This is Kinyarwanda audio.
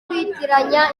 kwitiranya